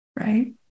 right